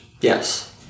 yes